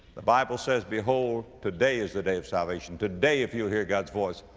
the bible says, behold, today is the day of salvation. today, if you'll hear god's voice,